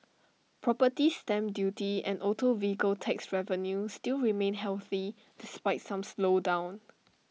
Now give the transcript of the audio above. property stamp duty and auto vehicle tax revenue still remain healthy despite some slowdown